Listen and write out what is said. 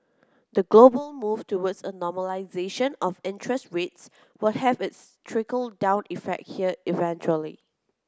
the global move towards a normalisation of interest rates will have its trickle down effect here eventually